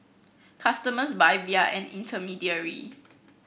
customers buy via an intermediary